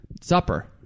supper